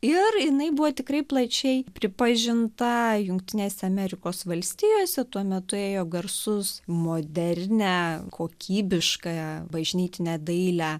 ir jinai buvo tikrai plačiai pripažinta jungtinėse amerikos valstijose tuo metu ėjo garsus modernią kokybiškąją bažnytinę dailę